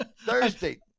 Thursday